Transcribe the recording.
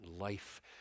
life